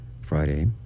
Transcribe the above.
Friday